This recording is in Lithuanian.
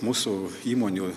mūsų įmonių